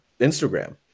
Instagram